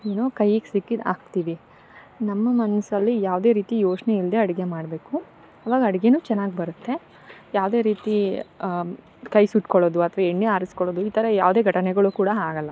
ಏನೊ ಕೈಗೆ ಸಿಕ್ಕಿದ ಹಾಕ್ತಿವಿ ನಮ್ಮ ಮನಸಲ್ಲಿ ಯಾವುದೆ ರೀತಿ ಯೋಚನೆ ಇಲ್ಲದೆ ಅಡುಗೆ ಮಾಡಬೇಕು ಅವಾಗ ಅಡುಗೆ ಚೆನ್ನಾಗ್ ಬರುತ್ತೆ ಯಾವುದೆ ರೀತಿ ಕೈ ಸುಟ್ಕೊಳೋದು ಅಥ್ವ ಎಣ್ಣೆ ಹಾರಿಸ್ಕೊಳ್ಳುದು ಈ ಥರ ಯಾವುದೆ ಘಟನೆಗಳು ಕೂಡ ಆಗೊಲ್ಲ